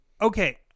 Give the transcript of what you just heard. okay